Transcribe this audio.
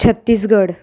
Chhattisgarh